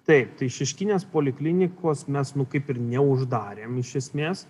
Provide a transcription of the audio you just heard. taip tai šeškinės poliklinikos mes nu kaip ir neuždarėm iš esmės